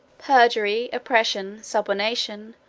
perjury, oppression, subornation,